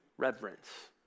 Reverence